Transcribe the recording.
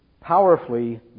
powerfully